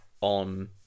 on